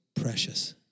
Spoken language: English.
precious